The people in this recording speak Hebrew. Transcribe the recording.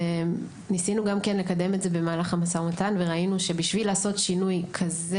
ניסינו גם לקדם את זה במהלך המשא ומתן וראינו שבשביל לעשות שינוי כזה